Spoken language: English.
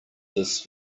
this